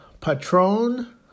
Patron